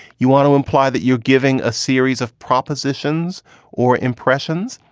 you want to imply that you're giving a series of propositions or impressions.